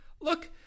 look